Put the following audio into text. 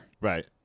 Right